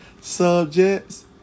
Subjects